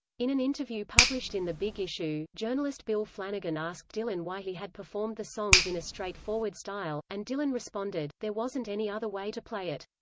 in an interview published in the big issue, journalist bill flanagan asked dylan why he had performed the songs in a straightforward style, and dylan responded there wasn't any other way to play it.